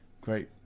great